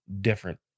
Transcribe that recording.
different